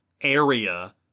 area